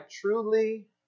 truly